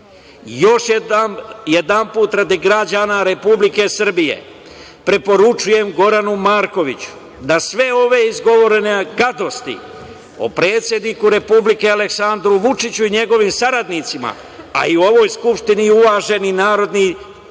jedanom, radi građana Republike Srbije, preporučujem Goranu Markoviću da sve ove izgovorene gadosti o predsedniku Republike, Aleksandru Vučiću, i njegovim saradnicima, a i u ovoj Skupštini uvaženi narodnim